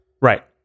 Right